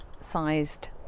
Sized